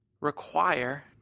require